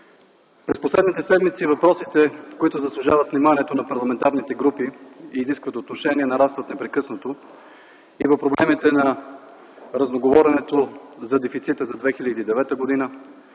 През последните седмици въпросите, които заслужават вниманието на парламентарните групи и изискват отношение нарастват непрекъснато и в проблемите на разноговоренето за дефицита за 2009 г.,